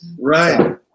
Right